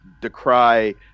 decry